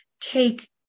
take